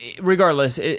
regardless